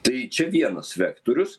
tai čia vienas vektorius